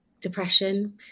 depression